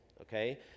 okay